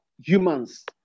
humans